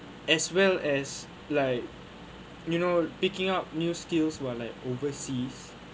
as well as like you know picking up new skills while like overseas